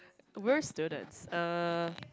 we're students uh